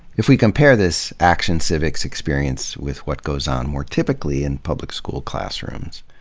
if we compare this action civics experience with what goes on more typically in public school classrooms,